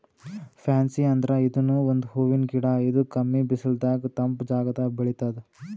fancy ಅಂದ್ರ ಇದೂನು ಒಂದ್ ಹೂವಿನ್ ಗಿಡ ಇದು ಕಮ್ಮಿ ಬಿಸಲದಾಗ್ ತಂಪ್ ಜಾಗದಾಗ್ ಬೆಳಿತದ್